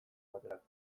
baterako